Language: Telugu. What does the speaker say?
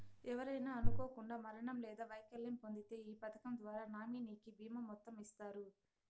ఎవరైనా అనుకోకండా మరణం లేదా వైకల్యం పొందింతే ఈ పదకం ద్వారా నామినీకి బీమా మొత్తం ఇస్తారు